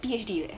P_H_D 的